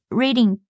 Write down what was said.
reading